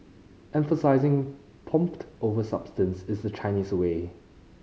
emphasising over substance is the Chinese way